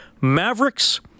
Mavericks